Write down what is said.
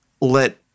Let